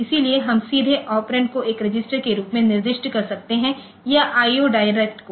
इसलिए हम सीधे ऑपरेंड को एक रजिस्टर के रूप में निर्दिष्ट कर सकते हैं या IO डायरेक्ट को